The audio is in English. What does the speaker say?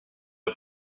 are